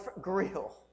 Grill